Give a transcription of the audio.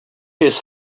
his